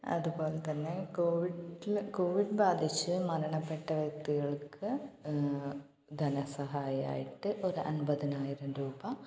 അത് പോലെ തന്നെ കോവിഡ്ല് കോവിഡ് ബാധിച്ച് മരണപ്പെട്ട വ്യക്തികൾക്ക് ധന സഹായമായിട്ട് ഒരു അമ്പതിനായിരം രൂപ